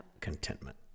contentment